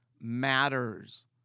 matters